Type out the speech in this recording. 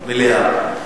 מליאה.